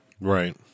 Right